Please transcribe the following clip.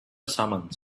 summons